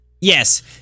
Yes